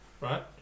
right